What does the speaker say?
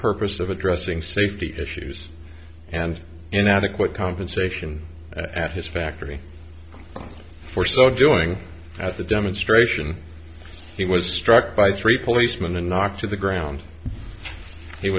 purpose of addressing safety issues and an adequate compensation at his factory for so doing at the demonstration he was struck by three policemen and knocked to the ground he